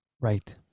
Right